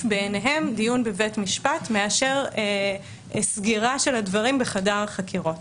בעיניהם דיון בבית משפט מאשר סגירה של הדברים בחדר החקירות